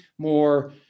More